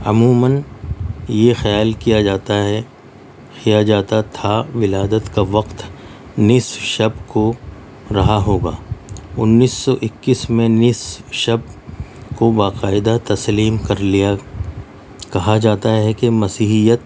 عموماً یہ خیال کیا جاتا ہے کیا جاتا تھا ولادت کا وقت نصف شب کو رہا ہوگا انیس سو اکیس میں نصف شب کو باقاعدہ تسلیم کر لیا کہا جاتا ہے کہ مسیحیت